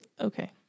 Okay